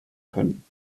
können